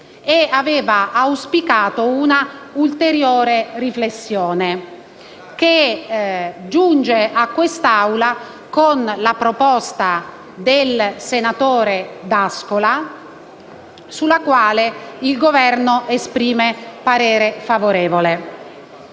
ed aveva auspicato un'ulteriore riflessione, che giunge in quest'Aula con la proposta del senatore D'Ascola, sulla quale il Governo esprime parere favorevole.